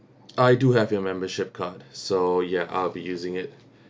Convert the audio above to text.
I do have your membership card so ya I'll be using it